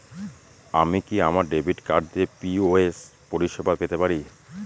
আমি কি আমার ডেবিট কার্ড দিয়ে পি.ও.এস পরিষেবা পেতে পারি?